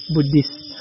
Buddhist